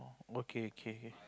okay okay K